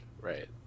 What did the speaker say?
Right